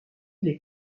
les